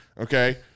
okay